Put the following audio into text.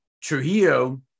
Trujillo